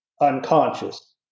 unconscious